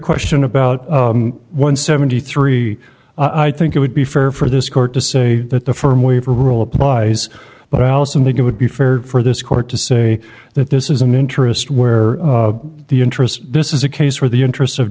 question about one hundred and seventy three dollars i think it would be fair for this court to say that the firm waiver rule applies but i also think it would be fair for this court to say that this is an interest where the interest this is a case where the interests of